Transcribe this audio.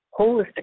holistic